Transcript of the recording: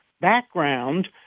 background